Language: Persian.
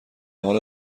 حالا